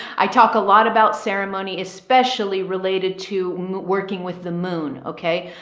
i talk a lot about ceremony, especially related to working with the moon. okay.